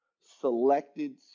selected